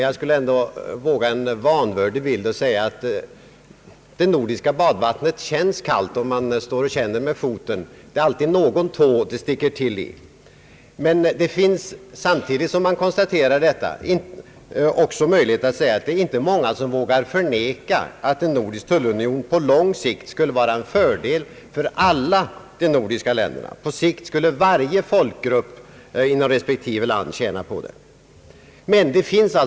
Jag skall teckna en något vanvördig bild och säga att det nordiska badvattnet känns kallt, om man står och känner sig för med foten. Alltid är det någon tå som det sticker till i. Det finns emellertid inte många som förnekar att en nordisk tullunion på lång sikt skulle vara till fördel för alla de nordiska länderna. Varje folkgrupp inom respektive land skulle tjäna på att en sådan union kom till stånd.